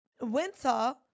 Winter